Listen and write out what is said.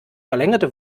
verlängerte